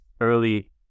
early